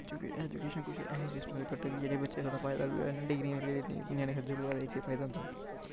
education कुछ ऐसा system कड्ढन कि जेह्ड़े बच्चें थोह्ड़ा फायदा बी होऐ डिग्रियां लेई लेई ञ्याणें खज्जल होआ दे